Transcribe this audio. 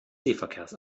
seeverkehrs